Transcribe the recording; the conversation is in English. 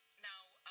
now,